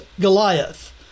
Goliath